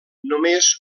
només